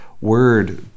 word